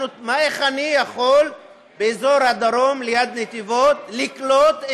איך אני יכול באזור הדרום ליד נתיבות לקלוט,